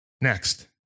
Next